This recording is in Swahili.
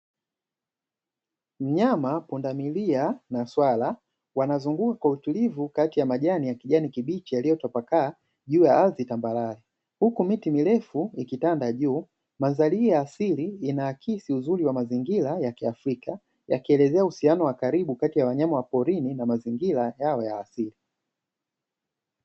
Mnyama pundamilia na swala, wanazunguka kwa utulivu kati ya majani ya kijani kibichi yaliyotapakaa juu ya ardhi tambarare, huku miti mirefu ikitanda juu. Mandhari hii ya asili inaakisi uzuri wa mazingira ya kiafrika, yakielezea uhusiano wa karibu kati ya wanyama wa porini na mazingira yao ya asili.